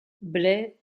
blais